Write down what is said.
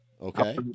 okay